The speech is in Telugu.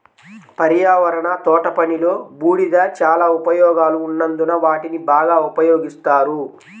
పర్యావరణ తోటపనిలో, బూడిద చాలా ఉపయోగాలు ఉన్నందున వాటిని బాగా ఉపయోగిస్తారు